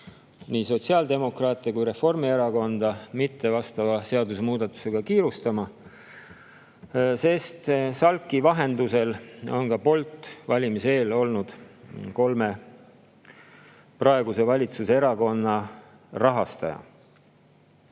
nii sotsiaaldemokraate kui ka Reformierakonda vastava seadusemuudatusega mitte kiirustama, sest SALK‑i vahendusel on Bolt valimiste eel olnud kolme praeguse valitsuserakonna rahastaja.